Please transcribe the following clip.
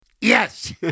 Yes